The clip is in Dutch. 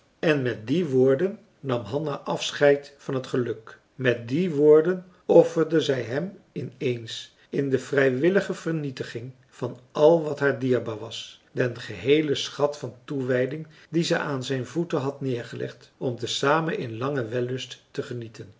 en met die woorden nam hanna afscheid van het geluk met die woorden offerde zij hem in eens in de vrijwillige vernietiging van al wat haar dierbaar was marcellus emants een drietal novellen den geheelen schat van toewijding dien zij aan zijn voeten had neergelegd om te zamen in langen wellust te genieten